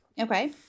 Okay